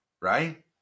right